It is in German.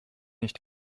nicht